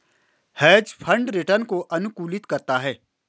hedge fund return को अनुकूलित करता है